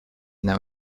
now